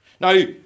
Now